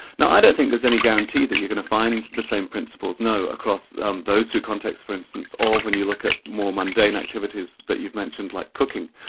now i don't think there's any guarantee that you're going to find the same principles, no, across um those two contexts for instance, or when you look at more mundane activities that you've mentioned like cooking.